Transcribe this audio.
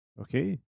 Okay